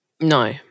No